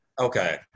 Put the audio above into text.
Okay